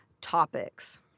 topics